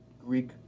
Greek